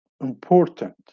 important